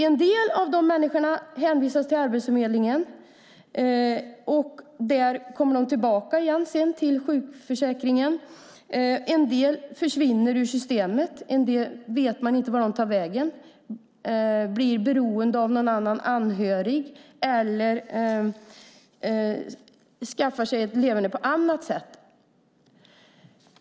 En del av dessa människor hänvisas till Arbetsförmedlingen. Därifrån kommer de tillbaka igen till sjukförsäkringen. En del försvinner ur systemet. En del vet man inte vart de tar vägen. De blir beroende av någon anhörig eller skaffar sig ett leverne på annat sätt.